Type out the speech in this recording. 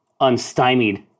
unstymied